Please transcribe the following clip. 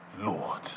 Lord